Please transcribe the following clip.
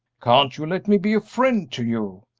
can't you let me be a friend to you?